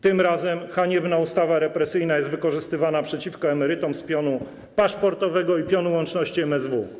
Tym razem haniebna ustawa represyjna jest wykorzystywana przeciwko emerytom z pionu paszportowego i pionu łączności MSW.